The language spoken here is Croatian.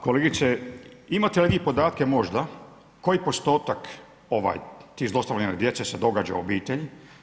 Kolegice imate li vi podatke možda koji postotak tih zlostavljanja djece se događa u obitelji?